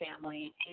family